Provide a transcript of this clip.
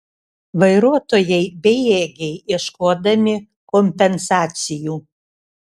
vairuotojai bejėgiai ieškodami kompensacijų